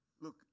Look